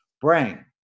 brain